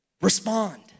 Respond